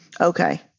Okay